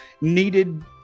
needed